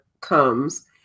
comes